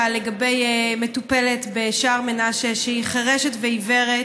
לגבי מטופלת בשער מנשה שהיא חירשת ועיוורת,